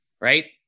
right